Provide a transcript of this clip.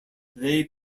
they